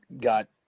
got